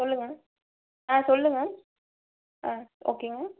சொல்லுங்கள் ஆ சொல்லுங்கள் ஆ ஓகேங்க